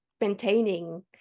maintaining